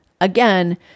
again